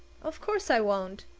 of course i won't.